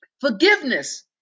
Forgiveness